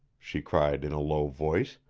she cried in a low voice.